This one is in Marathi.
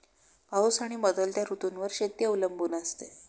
पाऊस आणि बदलत्या ऋतूंवर शेती अवलंबून असते